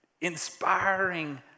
inspiring